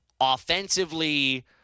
offensively